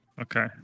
Okay